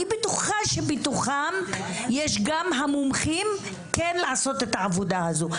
אני בטוחה שמתוכם יש גם המומחים כן לעשות את העבודה הזאת.